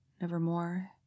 nevermore